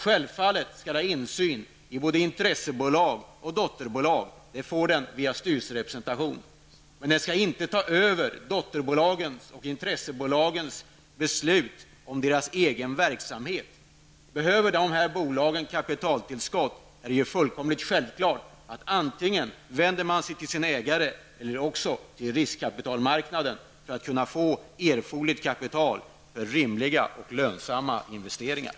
Självfallet skall insyn i intressebolag och dotterbolag fås med hjälp av styrelserepresentation. Men bolagen skall inte ta över dotterbolagens och intressebolagens beslut om dessas egen verksamhet. Om bolagen behöver kapitaltillskott, är det självklart att de antingen vänder sig till ägaren eller också till riskkapitalmarknaden. På så sätt kan de få erforderligt kapital för rimliga och lönsamma investeringar.